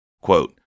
Quote